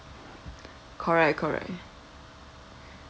correct correct